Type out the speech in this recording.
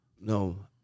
no